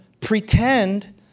pretend